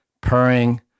purring